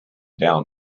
down